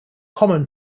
common